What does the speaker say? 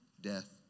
death